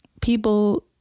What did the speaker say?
people